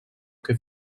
que